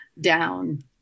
down